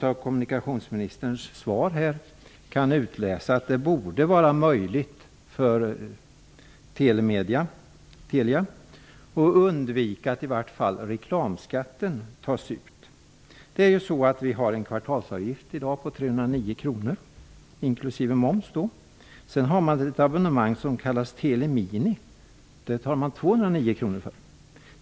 Av kommunikationsministerns svar kan man utläsa att det borde vara möjligt för Telia att undvika att i varje fall reklamskatten tas ut. Vi har ju i dag en kvartalsavgift till ett belopp av 309 kr, inkl. moms. Det finns också ett abonnemang som kallas telemini. Det kostar 209 kr.